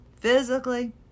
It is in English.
physically